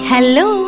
Hello